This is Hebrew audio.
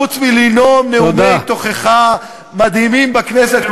חוץ מלנאום נאומי תוכחה מדהימים בכנסת,